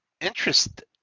interest